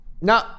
No